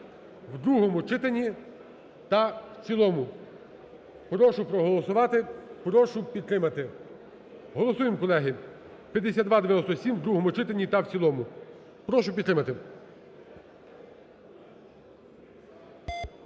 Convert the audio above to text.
в другому читанні та в цілому. Прошу проголосувати, прошу підтримати. Голосуємо, колеги, 5297 в другому читанні та в цілому. Прошу підтримати.